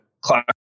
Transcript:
class